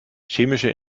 chemische